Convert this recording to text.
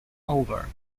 over